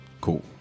cool